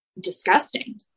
disgusting